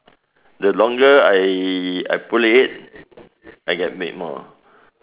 the longer I I play it I can make more ah